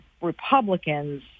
Republicans